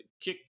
kick